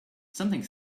something